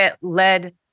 led